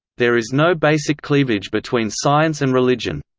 there is no basic cleavage between science and religion,